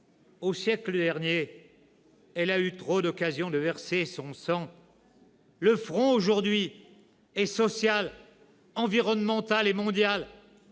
Au siècle dernier, elle a eu trop d'occasions de verser son sang. Le front aujourd'hui est social, environnemental et mondial.